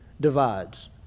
divides